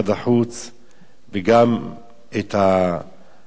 וגם את האנשים שבעצם,